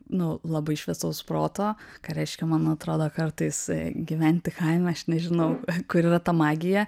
nu labai šviesaus proto ką reiškia man atrodo kartais gyventi kaime aš nežinau kur yra ta magija